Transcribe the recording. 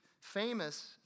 famous